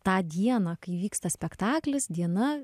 tą dieną kai vyksta spektaklis diena